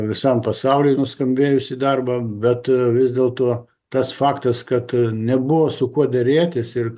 visam pasauly nuskambėjusį darbą bet vis dėlto tas faktas kad nebuvo su kuo derėtis ir